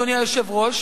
אדוני היושב-ראש,